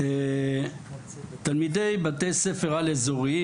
"תלמידי בתי ספר על-אזוריים,